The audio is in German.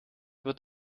wird